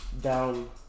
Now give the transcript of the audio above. down